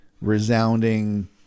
resounding